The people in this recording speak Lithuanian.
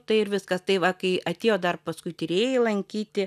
tai ir viskas tai va kai atėjo dar paskui tyrėjai lankyti